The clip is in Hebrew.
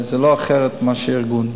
זה לא אחרת ממה שהארגון קבע.